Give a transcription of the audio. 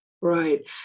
Right